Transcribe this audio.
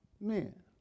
men